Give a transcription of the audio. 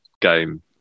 game